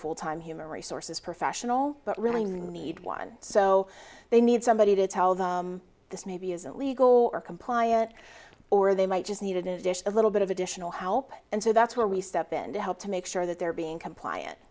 full time human resources professional but really need one so they need somebody to tell them this maybe isn't legal or compliant or they might just need it in addition a little bit of additional help and so that's where we see up in help to make sure that they're being compl